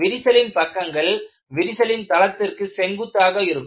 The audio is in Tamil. விரிசலின் பக்கங்கள் விரிசலின் தளத்திற்கு செங்குத்தாக இருக்கும்